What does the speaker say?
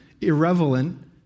irrelevant